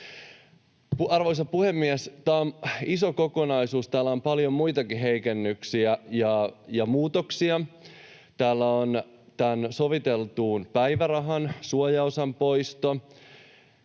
Arvoisa puhemies! Tämä on iso kokonaisuus, täällä on paljon muitakin heikennyksiä ja ja muutoksia. Täällä on sovitellun päivärahan suojaosan poisto.